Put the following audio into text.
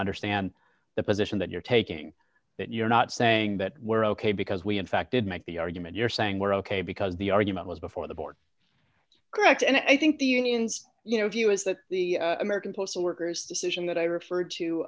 understand the position that you're taking that you're not saying that we're ok because we in fact did make the argument you're saying we're ok because the argument was before the board correct and i think the unions you know view is that the american postal workers decision that i referred